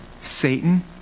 Satan